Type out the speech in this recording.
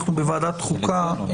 אנחנו בוועדת חוקה,